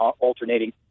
alternating